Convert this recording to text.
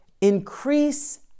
increase